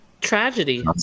Tragedy